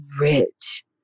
rich